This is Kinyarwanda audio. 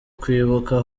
kwibuka